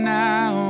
now